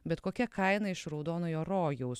bet kokia kaina iš raudonojo rojaus